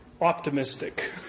optimistic